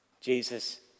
Jesus